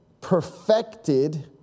perfected